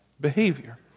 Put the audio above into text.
behavior